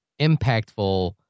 impactful